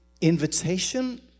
invitation